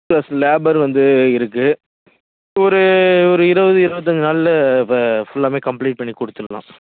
plus labour வந்து இருக்குது ஒரு ஒரு இருபது இருபத்தஞ்சி நாளில் இப்போ ஃபுல்லாமே கம்ப்ளீட் பண்ணிக் கொடுத்துர்லாம்